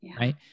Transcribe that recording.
right